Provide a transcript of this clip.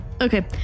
Okay